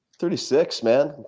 thirty-six man.